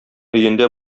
өендә